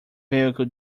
vehicle